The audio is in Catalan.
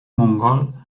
mongol